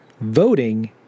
voting